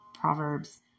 Proverbs